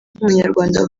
nk’umunyarwanda